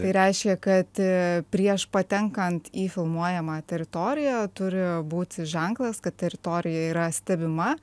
tai reiškia kad prieš patenkant į filmuojamą teritoriją turi būti ženklas kad teritorija yra stebima